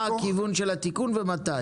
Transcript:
מה הכיוון של התיקון ומתי?